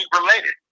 related